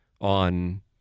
on